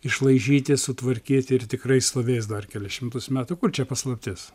išlaižyti sutvarkyti ir tikrai stovės dar kelis šimtus metų kur čia paslaptis